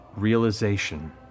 Realization